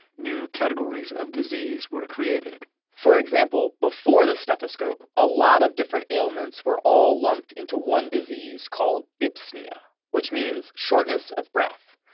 new categories of disease were created for example, before the stethoscope, a lot of different ailments were all lumped into one disease called dyspnea, which means shortness of breath,